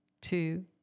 two